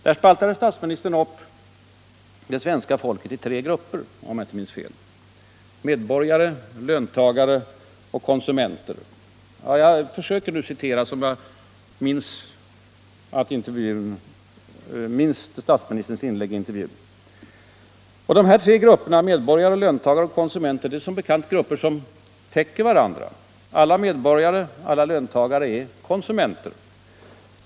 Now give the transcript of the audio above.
Där spaltade statsministern upp det svenska folket i tre grupper, om jag inte minns fel: medborgare, löntagare och konsumenter. Jag försöker nu citera som jag minns statsministerns inlägg i intervjun. De här tre grupperna — medborgare, löntagare och konsumenter — är som bekant grupper som täcker varandra. Alla medborgare, alla löntagare är konsumenter.